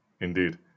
Indeed